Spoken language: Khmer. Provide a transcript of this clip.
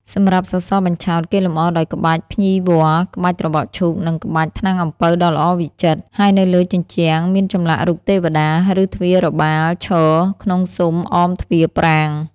សម្រាប់សសរបញ្ឆោត គេលម្អដោយក្បាច់ភ្ញីវល្លិ៍ ក្បាច់ត្របកឈូក និងក្បាច់ ថ្នាំងអំពៅដ៏ល្អវិចិត្រ ហើយនៅលើជញ្ជាំងមានចម្លាក់រូបទេវតា ឬទ្វារបាលឈរក្នុងស៊ុមអមទ្វារប្រាង្គ។